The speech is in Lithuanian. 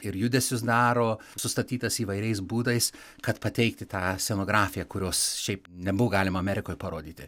ir judesius daro sustatytas įvairiais būdais kad pateikti tą scenografiją kurios šiaip nebuvo galima amerikoj parodyti